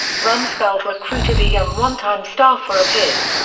rumsfeld recruited a young one-time staffer of his,